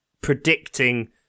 predicting